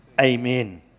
Amen